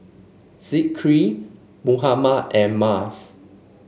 Zikri Muhammad and Mas